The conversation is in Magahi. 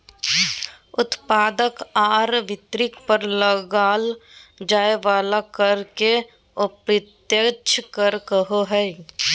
उत्पादक आर वितरक पर लगाल जाय वला कर के अप्रत्यक्ष कर कहो हइ